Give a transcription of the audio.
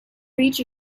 reach